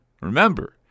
Remember